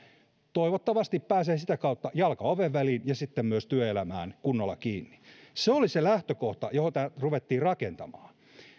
toivottavasti saa sitä kautta jalan oven väliin ja sitten myös pääsee työelämään kunnolla kiinni se oli se lähtökohta johon tätä ruvettiin rakentamaan